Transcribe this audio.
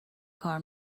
کار